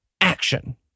action